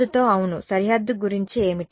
సరిహద్దుతో అవును సరిహద్దు గురించి ఏమిటి